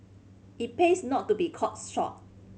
it pays not to be caught short